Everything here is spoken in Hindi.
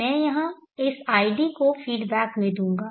मैं यहां इस id को फीडबैक में दूंगा